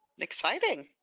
Exciting